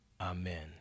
amen